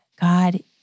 God